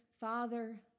Father